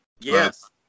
yes